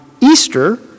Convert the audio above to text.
Easter